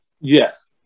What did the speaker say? Yes